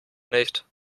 nicht